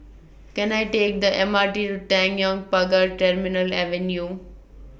Can I Take The M R T to Tanjong Pagar Terminal Avenue